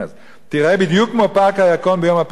תיראה בדיוק כמו פארק הירקון ביום הפסח ההוא.